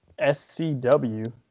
SCW